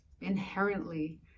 inherently